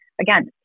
again